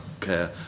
care